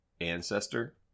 Ancestor